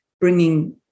bringing